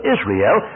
Israel